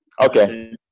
Okay